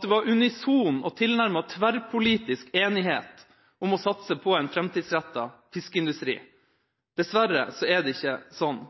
det var unison og tilnærmet tverrpolitisk enighet om å satse på en framtidsrettet fiskeindustri. Dessverre er det ikke sånn.